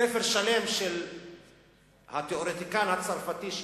ספר שלם של התיאורטיקן הצרפתי אלן טורן,